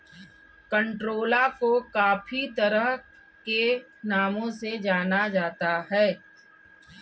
कंटोला को काफी तरह के नामों से जाना जाता है